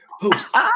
post